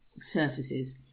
surfaces